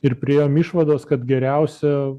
ir priėjom išvados kad geriausia